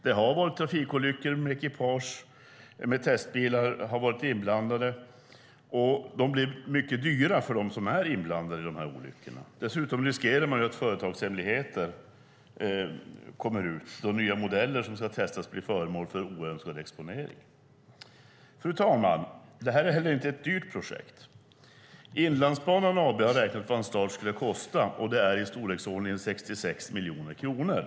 Det har varit trafikolyckor där ekipage med testbilar har varit inblandade, och sådana olyckor blir mycket dyra för de inblandade. Dessutom riskerar man att företagshemligheter kommer ut när nya modeller som ska testas blir föremål för oönskad exponering. Fru talman! Det här är inte heller ett dyrt projekt. Inlandsbanan AB har beräknat vad en start skulle kosta, och det är i storleksordningen 66 miljoner kronor.